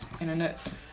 internet